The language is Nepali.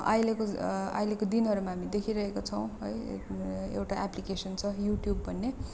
अहिलेको अहिलेको दिनहरूमा हामीले देखिरहेका छौँ है एउटा एप्लिकेसन छ युट्युब भन्ने